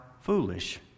foolish